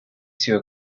sur